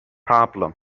problem